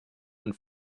und